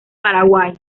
paraguay